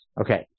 Okay